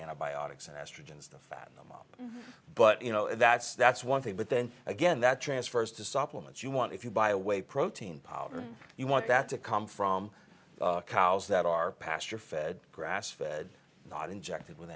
antibiotics and estrogens to fatten them up but you know that's that's one thing but then again that transfers to supplements you want if you buy away protein powder you want that to come from cows that are pasture fed grass fed not injected with